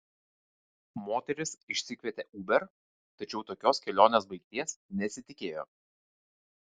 moteris išsikvietė uber tačiau tokios kelionės baigties nesitikėjo